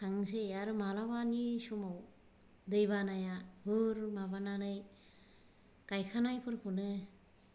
थांनोसै आरो मालाबानि समाव दैबानाया हुर माबानानै गायखानायफोरखौनो